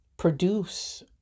produce